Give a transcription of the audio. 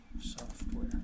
software